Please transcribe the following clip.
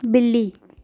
बिल्ली